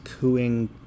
cooing